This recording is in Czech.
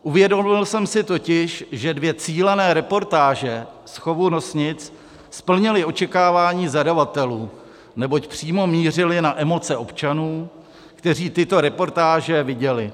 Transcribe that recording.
Uvědomil jsem si totiž, že dvě cílené reportáže z chovu nosnic splnily očekávání zadavatelů, neboť přímo mířily na emoce občanů, kteří tyto reportáže viděli.